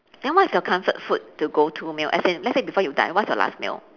then what's your comfort food to go-to meal as in let's say before you die what's your last meal